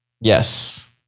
yes